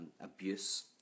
abuse